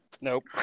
Nope